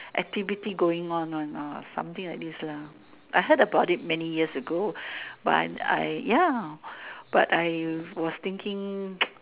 activity going on one or something like this lah I heard about it many years ago but I ya but I was thinking